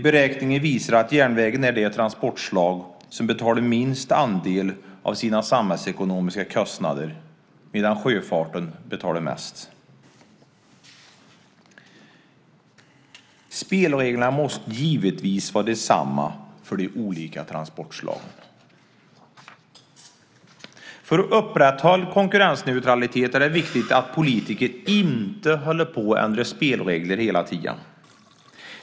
Beräkningarna visar att järnvägen är det transportslag som betalar minst andel av sina samhällsekonomiska kostnader, medan sjöfarten betalar mest. Spelreglerna måste givetvis vara desamma för de olika transportslagen. För att upprätthålla konkurrensneutralitet är det viktigt att politiker inte ändrar spelregler hela tiden.